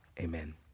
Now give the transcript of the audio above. Amen